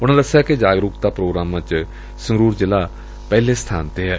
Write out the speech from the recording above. ਉਨਾਂ ਦਸਿਆ ਕਿ ਜਾਗਰੁਕਤਾ ਪ੍ਰੋਗਰਾਮਾਂ ਚ ਸੰਗਰੁਰ ਜ਼ਿਲਾ ਪਹਿਲੇ ਸਥਾਨ ਤੇ ਐ